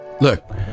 look